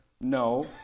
no